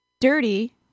dirty